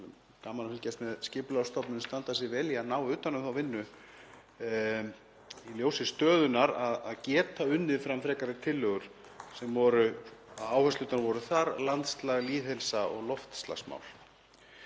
gaman að fylgjast með Skipulagsstofnun standa sig vel í að ná utan um þá vinnu í ljósi stöðunnar, að geta unnið frekari tillögur þar sem áherslurnar voru landslag, lýðheilsa og loftslagsmál